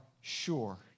sure